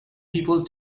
people